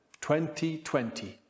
2020